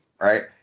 Right